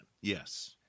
Yes